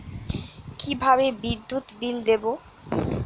কিভাবে বিদ্যুৎ বিল দেবো?